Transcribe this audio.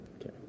Okay